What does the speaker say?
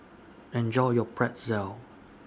Enjoy your Pretzel